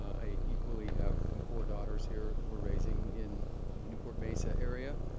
i equally have four daughters here that we're raising in the newport-mesa area.